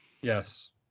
Yes